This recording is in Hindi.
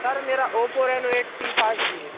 सर मेरा Oppo Reno eight T five G है